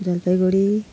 Jalpaiguri